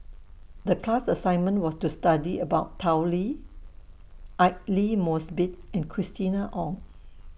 The class assignment was to study about Tao Li Aidli Mosbit and Christina Ong